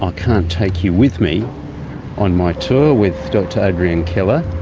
ah can't take you with me on my tour with dr adrian keller,